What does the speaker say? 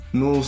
no